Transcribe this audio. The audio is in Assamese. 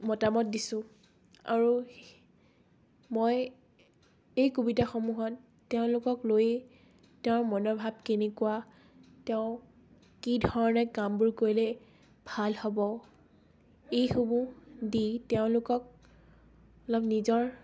মতামত দিছোঁ আৰু মই এই কবিতাসমূহত তেওঁলোকক লৈয়ে তেওঁৰ মনৰ ভাৱ কেনেকুৱা তেওঁ কি ধৰণে কামবোৰ কৰিলে ভাল হ'ব এইসমূহ দি তেওঁলোকক অলপ নিজৰ